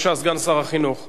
בבקשה, סגן שר החינוך.